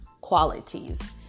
qualities